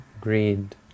greed